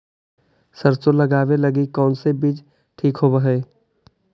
सरसों लगावे लगी कौन से बीज ठीक होव हई?